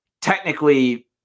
technically